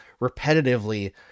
repetitively